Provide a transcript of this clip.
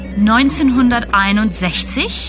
1961